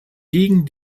gegen